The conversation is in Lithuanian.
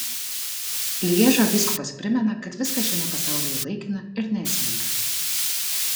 lježo vyskupas primena kad viskas šiame pasaulyje laikina ir neesminga